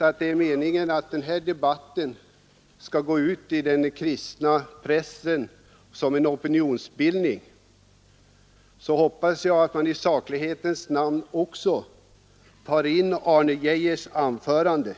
Om det är meningen att denna debatt skall utnyttjas i opinionsbildande syfte i den kristna pressen, hoppas jag att man i saklighetens namn också tar med Arne Geijers anförande